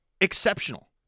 exceptional